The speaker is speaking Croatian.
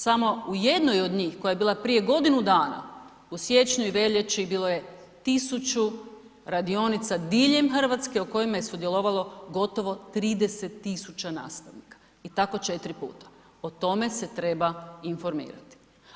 Samo u jednoj od njih koja je bila prije godinu dana, u siječnju i veljači, bilo je 1000 radionica diljem Hrvatske u kojima je sudjelovalo gotovo 30 000 nastavnika i tako 4 puta, o tome se treba informirati.